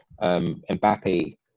Mbappe